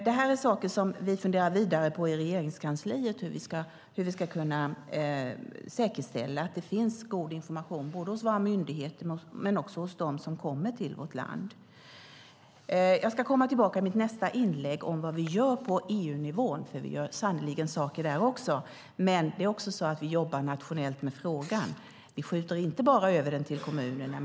I Regeringskansliet funderar vi vidare på hur vi ska kunna säkerställa att det finns god information både hos våra myndigheter och hos dem som kommer till vårt land. Jag ska i mitt nästa inlägg tala om vad vi gör på EU-nivån, för vi gör sannerligen saker där också. Men vi jobbar även nationellt med frågan. Vi skjuter inte bara över den till kommunerna.